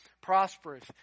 prosperous